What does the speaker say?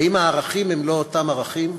האם הערכים הם לא אותם ערכים?